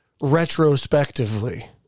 retrospectively